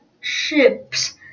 ships